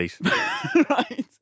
Right